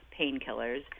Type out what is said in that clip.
painkillers